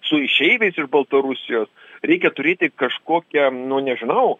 su išeiviais iš baltarusijos reikia turėti kažkokią nu nežinau